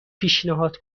پیشنهاد